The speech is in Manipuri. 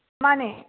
ꯃꯥꯅꯦ